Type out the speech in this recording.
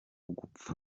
gupfa